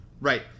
right